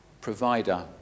provider